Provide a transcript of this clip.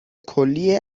کلی